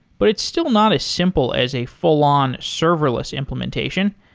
but it's still not as simple as a full-on serverless implementation.